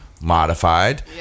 modified